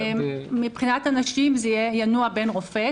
מבחינת אנשים זה ינוע בין רופא,